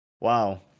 Wow